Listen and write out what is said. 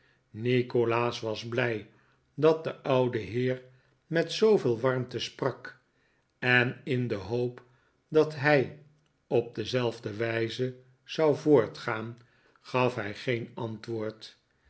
nikolaas was blij dat de oude heer met zooveel warmte sprak en in de hoop dat hij op dezelfde wijze zou voortgaan gaf hij geen antwoord